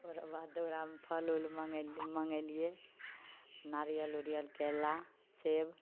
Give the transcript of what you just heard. ओकरो बाद ओकरामे फल उल मङ्ग मङ्गेलियै नारियल उरियल केरा सेब